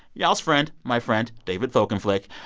y'all's friend, my friend, david folkenflik.